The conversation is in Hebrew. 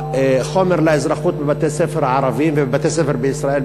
החומר באזרחות בבתי-הספר הערביים ובבתי-הספר בישראל